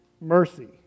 mercy